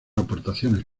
aportaciones